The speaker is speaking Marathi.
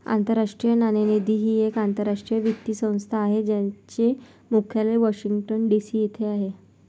आंतरराष्ट्रीय नाणेनिधी ही एक आंतरराष्ट्रीय वित्तीय संस्था आहे ज्याचे मुख्यालय वॉशिंग्टन डी.सी येथे आहे